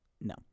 No